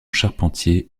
charpentier